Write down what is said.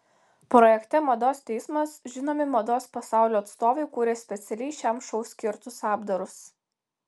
projekte mados teismas žinomi mados pasaulio atstovai kūrė specialiai šiam šou skirtus apdarus